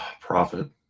Profit